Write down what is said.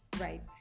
right